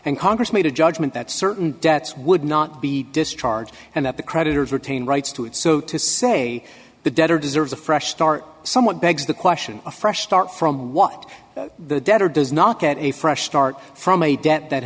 and congress made a judgment that certain debts would not be discharged and that the creditors retain rights to it so to say the debtor deserves a fresh start somewhat begs the question a fresh start from what the debtor does not get a fresh start from a debt that